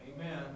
Amen